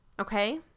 Okay